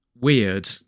weird